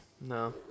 No